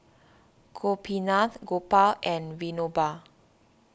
Gopinath Gopal and Vinoba